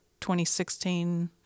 2016